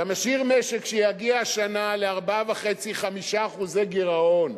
אתה משאיר משק שיגיע השנה ל-4.5% 5% גירעון.